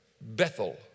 Bethel